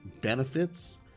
benefits